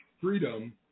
freedom